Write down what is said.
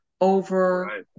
over